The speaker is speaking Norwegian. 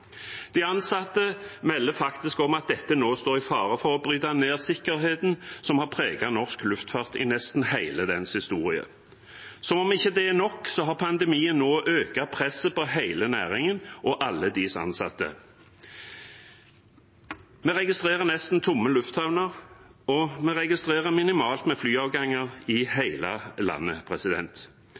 De ansatte melder faktisk om at dette nå står i fare for å bryte ned sikkerheten som har preget norsk luftfart i nesten hele dens historie. Som om ikke det er nok, har pandemien nå økt presset på hele næringen og alle deres ansatte. Vi registrerer nesten tomme lufthavner, og vi registrerer minimalt med flyavganger i hele landet.